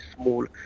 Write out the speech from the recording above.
small